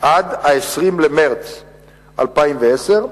עד 20 במרס 2010,